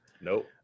Nope